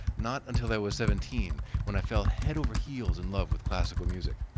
not until i was seventeen when i felt head over heels in love with classical music.